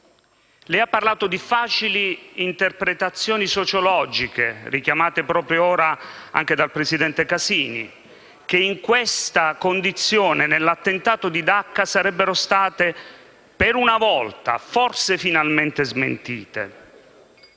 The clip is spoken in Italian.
lei ha parlato di facili interpretazioni sociologiche, richiamate proprio ora anche dal presidente Casini, che in questa condizione, nell'attentato di Dacca, sarebbero state per una volta forse finalmente smentite.